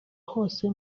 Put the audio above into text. hose